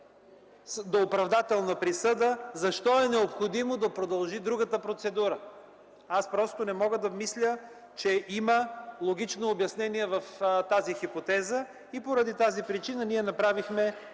до оправдателна присъда, защо е необходимо да продължи другата процедура? Не мога да мисля, че има логично обяснение в тази хипотеза. По тази причина направихме